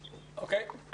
אוקיי.